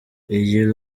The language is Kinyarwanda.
iyi